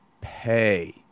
pay